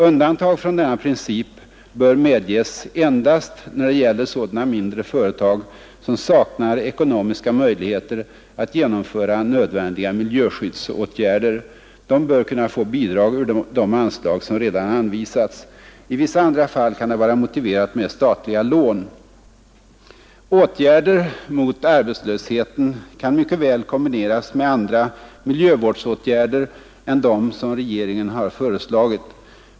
Undantag från denna princip bör medges endast när det gäller sådana mindre företag som saknar ekonomiska möjligheter att genomföra nödvändiga miljöskyddsåtgärder. De bör kunna få bidrag ur de anslag som redan anvisats. I vissa andra fall kan det vara motiverat med statliga lån. Åtgärder mot arbetslösheten kan mycket väl kombineras med andra miljövårdsåtgärder än dem som regeringen föreslagit.